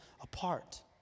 apart